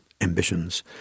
ambitions